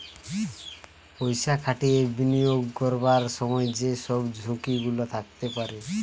পয়সা খাটিয়ে বিনিয়োগ করবার সময় যে সব ঝুঁকি গুলা থাকতে পারে